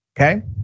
Okay